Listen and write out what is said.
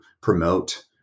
promote